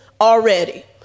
already